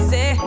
Say